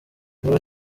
wowe